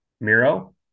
Miro